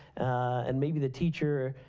and maybe the teacher,